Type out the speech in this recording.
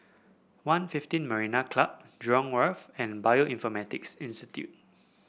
One fifteen Marina Club Jurong Wharf and Bioinformatics Institute